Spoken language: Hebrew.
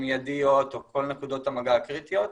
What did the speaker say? ידיות או כל נקודות המגע הקריטיות,